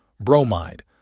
bromide